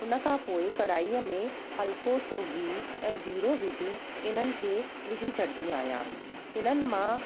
उन खां पोइ कढ़ाईअ में हल्को सो गिह ऐं जीरो विझी इन्हनि खे विझी छॾंदी आहियां इन्हनि मां